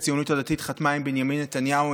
הציונות הדתית חתמה עליהם עם בנימין נתניהו,